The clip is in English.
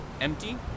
empty